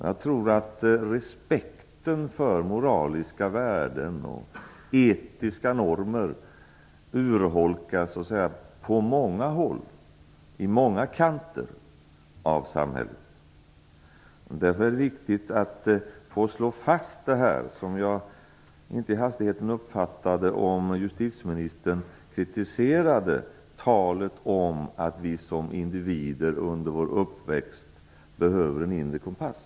Jag tror att respekten för moraliska värden och etiska normer urholkas på många håll och i många kanter av samhället. Därför är det viktigt att här slå fast, och som jag inte i hastigheten uppfattade om justitieministern kritiserade, att vi som individer under vår uppväxt behöver en inre kompass.